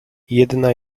jedna